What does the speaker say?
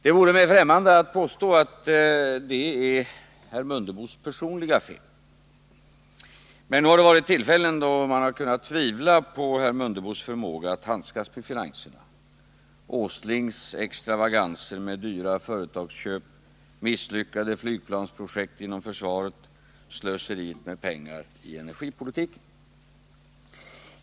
Det vore mig främmande att påstå att detta är herr Mundebos personliga fel, men nog har det varit tillfällen då man har kunnat tvivla på herr Mundebos förmåga att handskas med finanserna: herr Åslings extravaganser med dyra företagsköp, misslyckade flygplansprojekt inom försvaret och slöseri med pengar i energipolitiken.